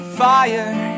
fire